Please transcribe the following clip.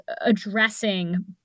addressing